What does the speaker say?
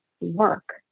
work